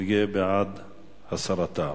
יהיה בעד הסרתה.